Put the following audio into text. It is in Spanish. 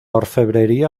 orfebrería